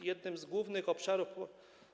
Jednym z głównych obszarów